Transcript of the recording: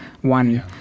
one